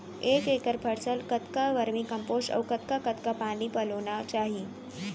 एक एकड़ फसल कतका वर्मीकम्पोस्ट अऊ कतका कतका पानी पलोना चाही?